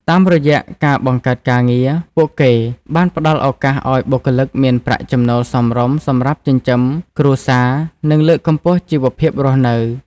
តាមរយៈការបង្កើតការងារ ពួកគេបានផ្ដល់ឱកាសឱ្យបុគ្គលិកមានប្រាក់ចំណូលសមរម្យសម្រាប់ចិញ្ចឹមគ្រួសារ និងលើកកម្ពស់ជីវភាពរស់នៅ។